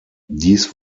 dies